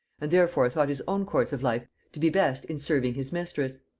and therefore thought his own course of life to be best in serving his mistress.